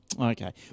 Okay